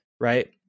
right